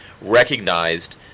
recognized